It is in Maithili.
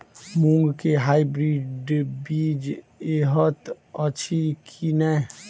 मूँग केँ हाइब्रिड बीज हएत अछि की नै?